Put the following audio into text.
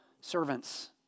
servants